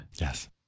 Yes